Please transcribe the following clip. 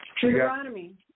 Deuteronomy